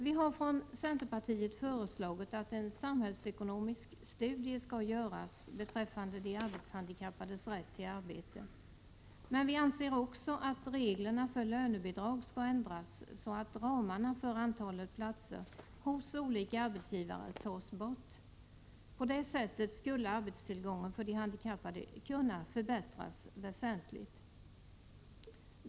Vi har från centerpartiet föreslagit att en samhällsekonomisk studie skall göras beträffande de arbetshandikappades rätt till arbete. Men vi anser också att reglerna för lönebidrag skall ändras, så att ramarna för antalet platser hos olika arbetsgivare tas bort. På det sättet skulle arbetstillgången för de handikappade kunna förbättras väsentligt.